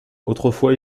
autrefois